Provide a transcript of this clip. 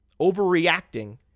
overreacting